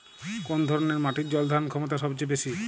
কোন ধরণের মাটির জল ধারণ ক্ষমতা সবচেয়ে বেশি?